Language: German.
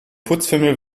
putzfimmel